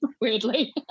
Weirdly